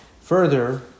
Further